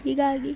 ಹೀಗಾಗಿ